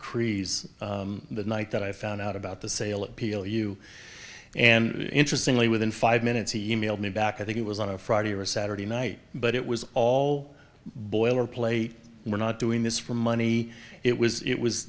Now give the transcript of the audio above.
cree's the night that i found out about the sale of peel you and interestingly within five minutes he emailed me back i think it was on a friday or saturday night but it was all boilerplate we're not doing this for money it was it was